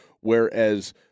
Whereas